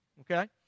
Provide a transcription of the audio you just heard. okay